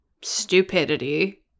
stupidity